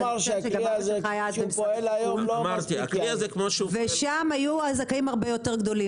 והזכאים שם היו הרבה יותר גדולים.